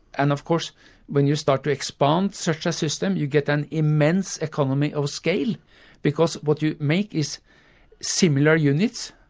and of course when you start to expand such a system you get an immense economy of scale because what you make is similar units,